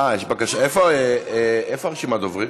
אה, יש בקשה, איפה רשימת הדוברים?